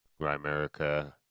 grimerica